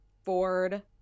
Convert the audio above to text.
Ford